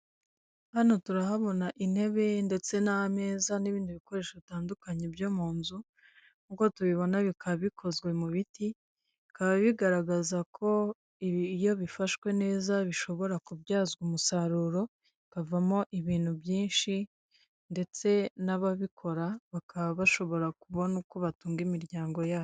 Hano turahabona intebe ndetse n'ameza n'ibindi bikoresho bitandukanye byo mu nzu, nk'uko tubibona bikaba bikozwe mu biti, bikaba bigaragaza ko iyo bifashwe neza bishobora kubyazwa umusaruro, hakavamo ibintu byinshi ndetse n'ababikora bakaba bashobora kubona uko batunga imiryango yabo.